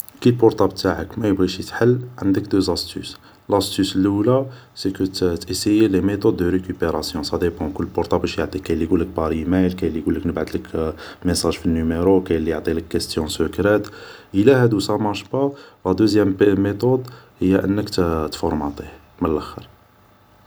كي بورطابل تاعك ما يبغيش يتحل عندك دو زاستوس ، لاستوس اللول سيكو تاسييي لي ميطود دو ريكيبيراسيون ، صاديبون كل بورطابل واش يعطيك ، كين اللي يقولك يقولك بار ايمايل ، كاين اللي يقولك نبعتلك ميساج في النيميرو و كاين اللي يعطيلك كاستيون سيكرات ، الا هادو سامارش با ، لا دوزيام ميطود هي ان تفورماطيه من لخر